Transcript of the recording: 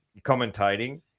commentating